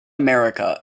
america